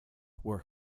were